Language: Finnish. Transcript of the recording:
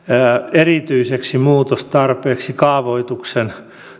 erityiseksi muutostarpeeksi kaavoituksen